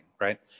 right